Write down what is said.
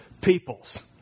peoples